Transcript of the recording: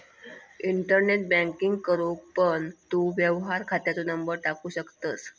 internet banking करूक पण तू व्यवहार खात्याचो नंबर टाकू शकतंस